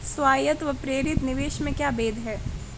स्वायत्त व प्रेरित निवेश में क्या भेद है?